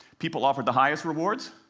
people offered the highest rewards,